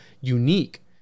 unique